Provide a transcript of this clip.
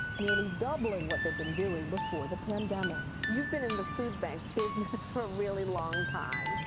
nearly doubling what they've been doing before the pandemic. you've been in the food bank business for a really long time.